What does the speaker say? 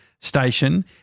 Station